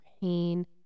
pain